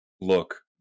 look